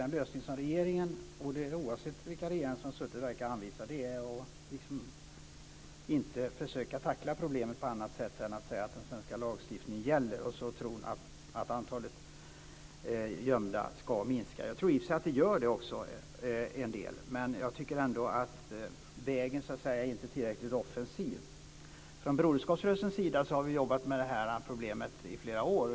Den lösning som regeringen - oavsett vilka regeringar som har suttit - verkar anvisa är att inte försöka tackla problemet på annat sätt än att säga att den svenska lagstiftningen gäller och tro att antalet gömda ska minska. Jag tror i och för sig att det minskar en del, men jag tycker ändå att vägen inte är tillräckligt offensiv. Från Broderskapsrörelsens sida har vi jobbat med det här problemet i flera år.